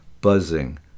buzzing